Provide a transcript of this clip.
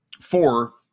four